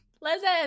listen